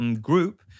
group